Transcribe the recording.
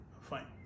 Fine